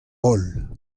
holl